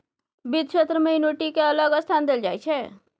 बित्त क्षेत्र मे एन्युटि केँ अलग स्थान देल जाइ छै